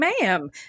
ma'am